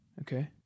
Okay